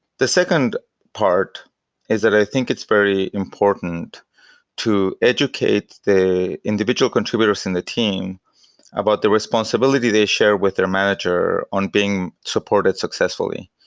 the second part is that i think it's very important to educate the individual contributors in the team about the responsibility they share with their manager on being supported successfully.